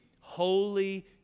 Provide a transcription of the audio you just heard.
Holy